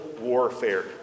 warfare